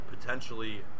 potentially